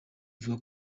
ivuga